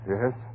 Yes